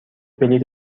بلیط